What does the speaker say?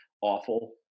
awful